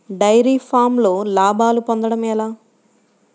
Dairy ఫామ్లో లాభాలు పొందడం ఎలా?